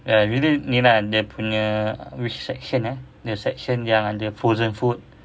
ya really ni lah dia punya which section eh the section yang ada frozen food